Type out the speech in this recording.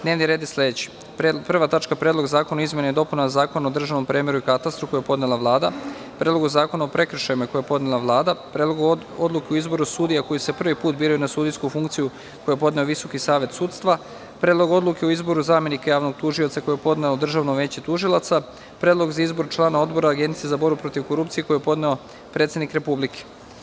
D n e v n ir e d: 1. Predlog zakona o izmenama i dopunama Zakona o državnom premeru i katastru, koji je podnela Vlada; 2. Predlog zakona o prekršajima, koji je podnela Vlada; 3. Predlog odluke o izboru sudija koji se prvi put biraju na sudijsku funkciju, koji je podneo Visoki savet sudstva; 4. Predlog odluke o izboru zamenika javnog tužioca, koji je podnelo Državno veće tužilaca; 5. Predlog za izbor člana Odbora Agencije za borbu protiv korupcije, koji je podneo predsednik Republike.